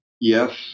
yes